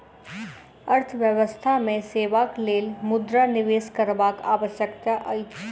अर्थव्यवस्था मे सेवाक लेल मुद्रा निवेश करबाक आवश्यकता अछि